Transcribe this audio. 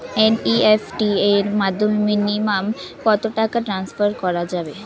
NEFT এর মাধ্যমে minimum কত টাকা টান্সফার করা যাবে?